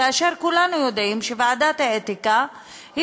כאשר כולנו יודעים שוועדת האתיקה היא